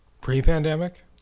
Pre-pandemic